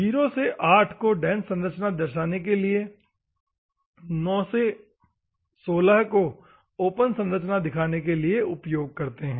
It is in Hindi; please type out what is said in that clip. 0 से 8 को डेन्स संरचना दर्शाने के लिए और 9 से 16 को ओपन संरचना दिखाने के लिए उपयोग करते है